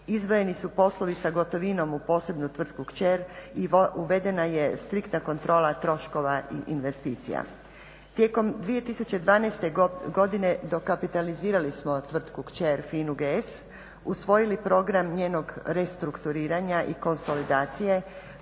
izdvojeni su poslovi sa gotovinom u posebnu tvrtku Kćer i uvedena je striktna kontrola troškova i investicija. Tijekom 2012. godine dokapitalizirali smo tvrtku Kćer Fina GS, usvojili program njenog restrukturiranja i konsolidacije